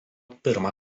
pirmą